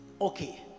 okay